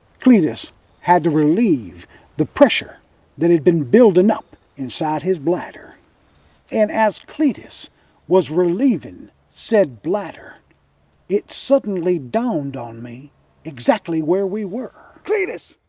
cletus had to relieve the pressure that had been building up inside his bladder and as cletus was relieving said bladder it suddenly dawned on me exactly where we were. cletus.